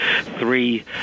three